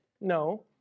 No